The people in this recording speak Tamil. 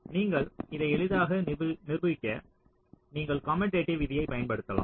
நீங்கள் இதை எளிதாக நிரூபிக்க நீங்கள் கமுடேடிவ் விதியைப் பயன்படுத்தலாம்